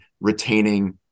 retaining